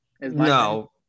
No